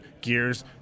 Gears